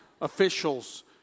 officials